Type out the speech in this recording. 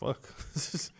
Fuck